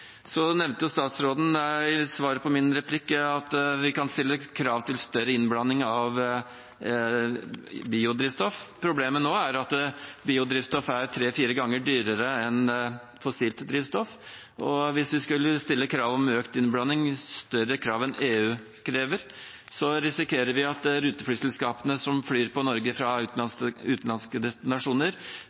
Så nevnte statsråden i svaret på min replikk at vi kan stille krav til større innblanding av biodrivstoff. Problemet nå er at biodrivstoff er tre–fire ganger dyrere enn fossilt drivstoff. Hvis vi skulle stille krav om økt innblanding, større krav enn det EU krever, risikerer vi at ruteflyselskapene som flyr til Norge fra utenlandske destinasjoner,